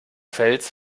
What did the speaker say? fels